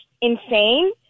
insane –